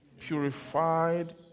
purified